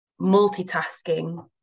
multitasking